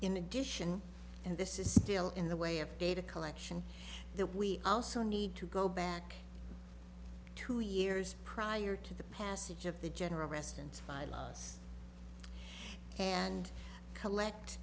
in addition and this is still in the way of data collection that we also need to go back two years prior to the passage of the general a